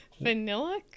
Vanilla